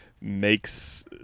makes